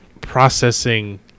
processing